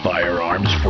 Firearms